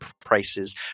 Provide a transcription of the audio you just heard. prices